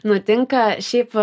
nutinka šiaip